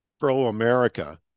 pro-America